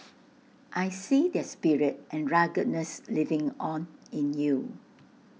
I see their spirit and ruggedness living on in you